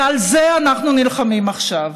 ועל זה אנחנו נלחמים עכשיו.